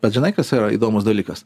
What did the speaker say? vat žinai kas yra įdomus dalykas